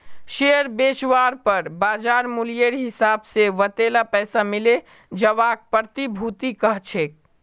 share बेचवार पर बाज़ार मूल्येर हिसाब से वतेला पैसा मिले जवाक प्रतिभूति कह छेक